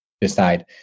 decide